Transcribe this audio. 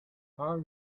hard